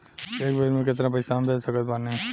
एक बेर मे केतना पैसा हम भेज सकत बानी?